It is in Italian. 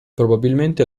probabilmente